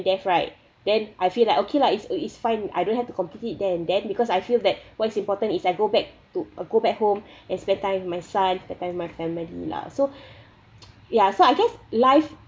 death right then I feel like okay lah it's it's fine I don't have to complete it there and then because I feel that what's important is I go back to uh go back home and spend time with my son spend time with my family lah so ya so I guess life